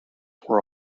were